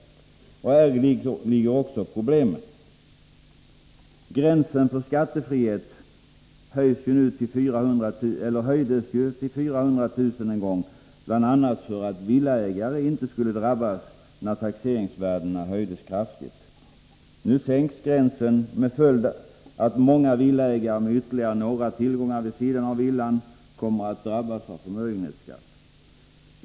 Och häri ligger också problemet. Gränsen för skattefrihet höjdes ju en gång till 400 000 bl.a. för att villaägare inte skulle drabbas när taxeringsvärdena höjdes kraftigt. Nu sänks gränsen med följd att många villaägare med ytterligare några tillgångar vid sidan av villan kommer att drabbas av förmögenhetsskatt.